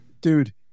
dude